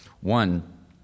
one